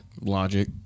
Logic